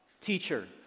teacher